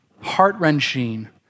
heart-wrenching